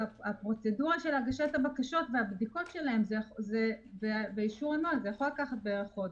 הפרוצדורה של הגשת הבקשות והבדיקות שלהן והאישור יכולה לקחת בערך חודש.